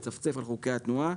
לצפצף על חוקי התנועה